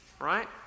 right